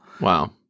Wow